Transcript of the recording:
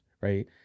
right